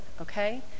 okay